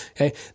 Okay